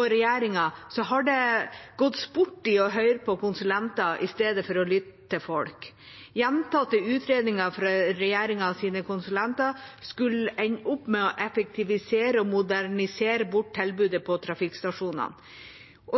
og regjeringa har det gått sport i å høre på konsulenter i stedet for å lytte til folk. Gjentatte utredninger fra regjeringas konsulenter skulle ende opp med å effektivisere og modernisere bort tilbudet på trafikkstasjonene.